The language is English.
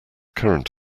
current